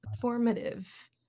formative